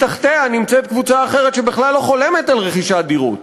מתחתיה נמצאת קבוצה אחרת שבכלל לא חולמת על רכישת דירות.